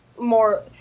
more